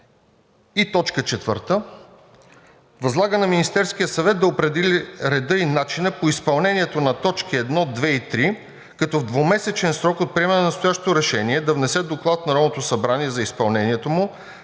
пътища. 4. Възлага на Министерския съвет да определи реда и начина по изпълнение на т. 1, 2 и 3, като в двумесечен срок от приемане на настоящото решение да внесе доклад в Народното събрание за изпълнението му,